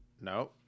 No